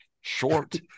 Short